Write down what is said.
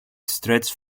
stretched